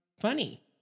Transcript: funny